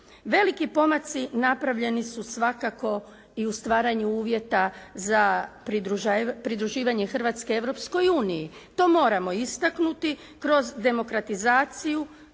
Veliki pomaci napravljeni su svakako i u stvaranju uvjeta za pridruživanje Hrvatske Europskoj uniji, to moramo istaknuti. Kroz demokratizaciju,